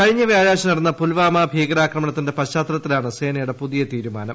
കഴിഞ്ഞ വ്യാഴാഴ്ച നടന്ന പുൽവാമ ഭീകരാക്രമണത്തിന്റെ പശ്ചാത്തലത്തിലാണ് സേനയുടെ പുതിയ തീരുമാനം